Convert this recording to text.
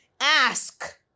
ask